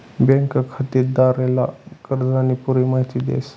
bank खातेदारले कर्जानी पुरी माहिती देस